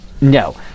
No